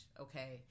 okay